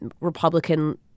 Republican